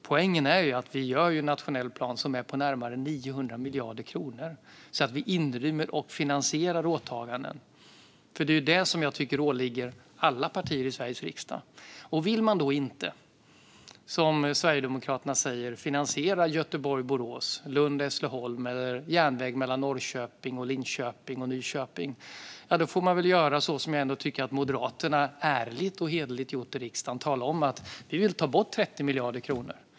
Poängen är att vi gör en nationell plan som omfattar närmare 900 miljarder kronor, så att vi inrymmer och finansierar åtaganden. Det är det jag tycker åligger alla partier i Sveriges riksdag. Vill man då inte, som Sverigedemokraterna säger, finansiera Göteborg-Borås, Lund-Hässleholm eller en järnväg mellan Norrköping, Linköping och Nyköping får man väl göra så som jag ändå tycker att Moderaterna ärligt och hederligt gjort i riksdagen, nämligen tala om att man vill ta bort 30 miljarder kronor.